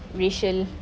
racial